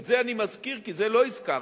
את זה אני מזכיר כי אתה לא הזכרת,